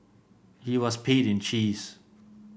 he was paid in cheese